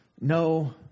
no